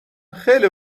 خیلی